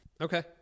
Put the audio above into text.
Okay